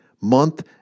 month